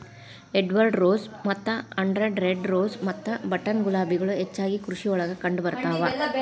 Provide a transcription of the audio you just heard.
Edward rose ಮತ್ತ Andhra red rose ಮತ್ತ button ಗುಲಾಬಿಗಳು ಹೆಚ್ಚಾಗಿ ಕೃಷಿಯೊಳಗ ಕಂಡಬರ್ತಾವ